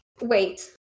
wait